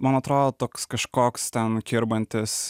man atrodo toks kažkoks ten kirbantis